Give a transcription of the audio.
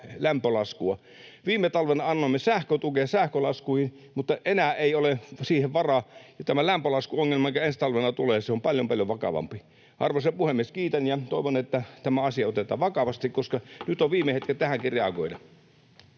lämpölaskua. Viime talven annoimme sähkötukea sähkölaskuihin, mutta enää ei ole siihen varaa. Ja tämä lämpölaskuongelma, joka ensi talvena tulee, on paljon, paljon vakavampi. Arvoisa puhemies! Kiitän ja toivon, että tämä asia otetaan vakavasti, koska nyt on viime hetket [Puhemies